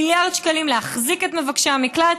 מיליארד שקלים להחזיק את מבקשי המקלט,